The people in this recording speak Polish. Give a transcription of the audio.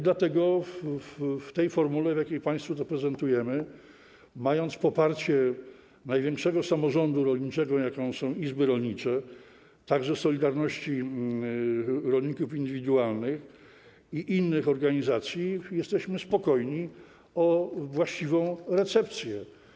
Dlatego w przypadku tej formuły, w jakiej państwu to prezentujemy, mając poparcie największego samorządu rolniczego, jakim są izby rolnicze, a także „Solidarności” rolników indywidualnych i innych organizacji, jesteśmy spokojni o właściwą recepcję.